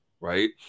right